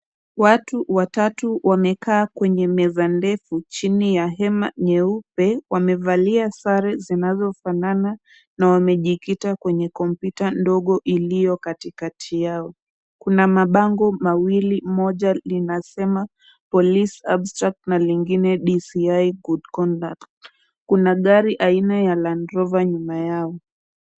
Watu watatu wamekaa kwenye meza ndefu chini ya hema nyeupe wamevalia sare zinazofafanana na wamejikita kwenye kompyuta ndogo iliyo katikati yao. Kuna mabango mawili moja linasema police absract na lingine DCI good conduct Kuna gari aina ya Landrover nyuma yao.